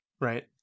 Right